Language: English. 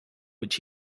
which